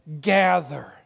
gather